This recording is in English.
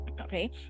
okay